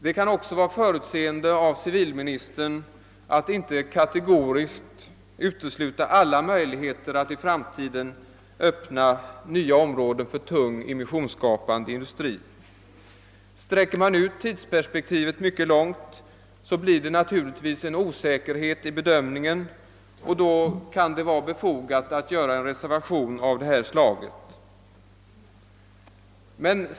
Det kan också vara förutseende av civilministern att inte kategoriskt utesluta alla möjligheter att i framtiden öppna nya områden för tung immissionsskapande industri. Vid ett långt tidsperspektiv blir det naturligtvis en osäker bedömning, och då kan det vara befogat att göra en reservation av det här slaget.